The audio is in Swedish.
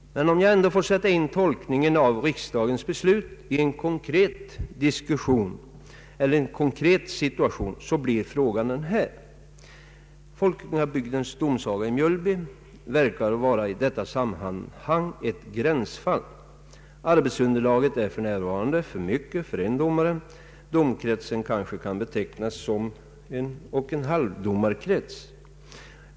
Men om jag ändå får sätta in tolkningen av riksdagens beslut i en konkret situation så blir frågan den här: Folkungabygdens domsaga i Mjölby verkar vara i detta sammanhang ett gränsfall. Arbetsunderlaget är för närvarande för mycket för en domare. Domkretsen kanske kan betecknas som 11/2-domarkrets.